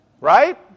Right